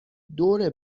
دور